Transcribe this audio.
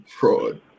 Fraud